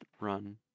run